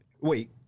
wait